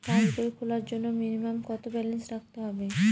পাসবই খোলার জন্য মিনিমাম কত ব্যালেন্স রাখতে হবে?